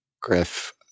Griff